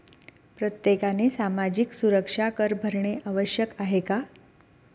प्रत्येकाने सामाजिक सुरक्षा कर भरणे आवश्यक आहे का?